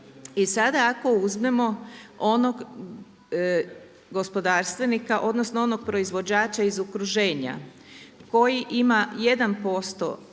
I sada ako uzmemo onog gospodarstvenika odnosno onog proizvođača iz okruženja koji ima 1%